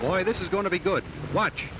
boy this is going to be good watch